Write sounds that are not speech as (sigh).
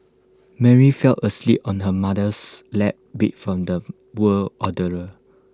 Mary fell asleep on her mother's lap beat from the (unintelligible) ordeal